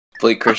Blake